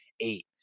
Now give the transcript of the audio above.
eight